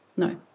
No